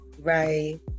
Right